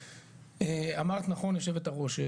אמרת נכון יושבת הראש,